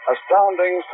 Astounding